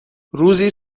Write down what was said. روزی